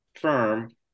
firm